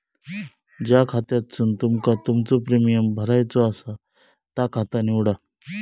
ज्या खात्यासून तुमका तुमचो प्रीमियम भरायचो आसा ता खाता निवडा